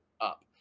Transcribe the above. up